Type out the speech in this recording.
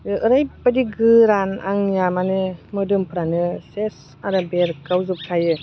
ओरैबायदि गोरान आंनिया माने मोदोमफ्रानो सेस आरो बेरगावजोबखायो